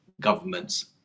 governments